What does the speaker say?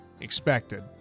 Expected